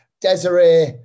Desiree